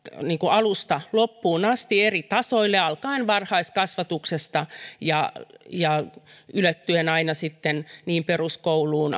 alusta loppuun asti eri tasoille alkaen varhaiskasvatuksesta ja ja ylettyen aina niin peruskouluun